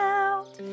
out